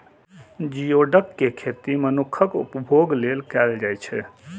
geoduck के खेती मनुक्खक उपभोग लेल कैल जाइ छै